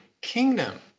kingdom